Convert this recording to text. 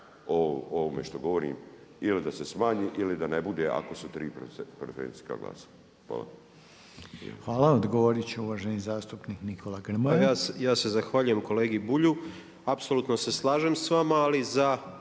ovome što govorim ili da se smanji ili da ne bude ako su tri preferencijska glasa. Hvala. **Reiner, Željko (HDZ)** Hvala. Odgovorit će uvaženi zastupnik Nikola Grmoja. **Grmoja, Nikola (MOST)** Pa ja se zahvaljujem kolegi Bulju. Apsolutno se slažem sa vama, ali za